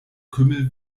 kümmel